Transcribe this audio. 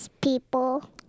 people